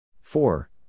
Four